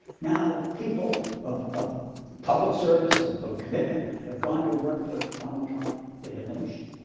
now people of of public service, of of commitment have gone to work for donald trump. they're diminished,